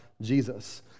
Jesus